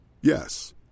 Yes